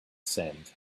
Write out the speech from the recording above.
sand